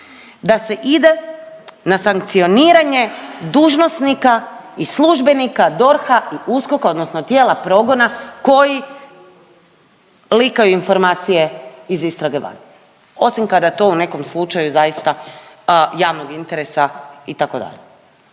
da se ide na sankcioniranje dužnosnika i službenika DORH-a i USKOK-a odnosno tijela progona koji likaju informacije iz istrage van osim kada to u nekom slučaju zaista javnog intresa itd.